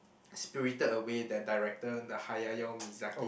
Spirited Away that director the Hayayao Mizaki